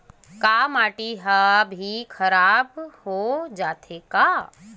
का माटी ह भी खराब हो जाथे का?